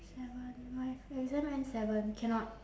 seven my exam end seven cannot